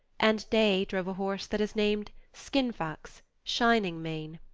and day drove a horse that is named skinfaxe, shining mane.